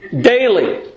Daily